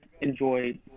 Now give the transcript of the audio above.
enjoy